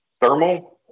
thermal